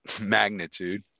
magnitude